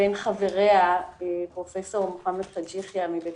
בין חבריה פרופ' מוחמד חאג' יחיא מבית